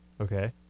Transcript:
Okay